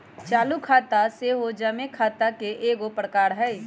चालू खता सेहो जमें खता के एगो प्रकार हइ